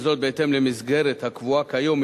וזאת בהתאם למסגרת הקבועה כיום,